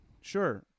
Sure